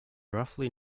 roughly